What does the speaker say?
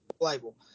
Label